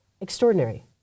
extraordinary